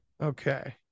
Okay